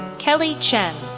kelly chen,